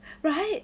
right